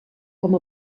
com